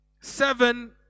seven